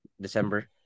December